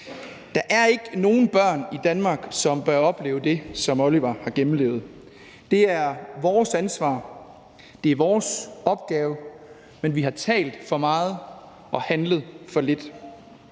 Der er ikke nogen børn i Danmark, som bør opleve det, som Oliver har gennemlevet. Det er vores ansvar, det er vores opgave, men vi har talt for meget og handlet for lidt.